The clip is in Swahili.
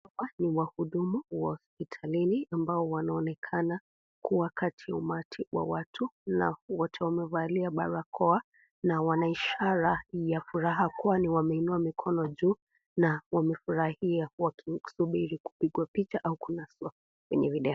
Hawa ni wahudumu wa hospitalini ambao wanaonekana kuwa kati ya umati wa watu na wote wamevalia barakoa na wanaishara ya furaha kuwa ni wameinua mikono juu na wamefurahia wakisubiri kupigwa picha ama kunaswa kwenye video.